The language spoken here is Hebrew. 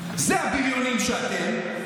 זה הבריונים שאתם,